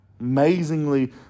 Amazingly